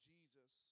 Jesus